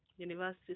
University